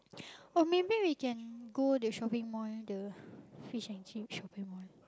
or maybe we can go the shopping mall the fish and chip shopping mall